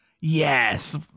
Yes